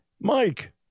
Mike